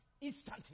instantly